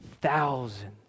Thousands